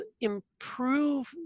improve